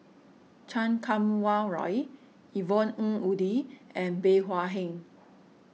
Chan Kum Wah Roy Yvonne Ng Uhde and Bey Hua Heng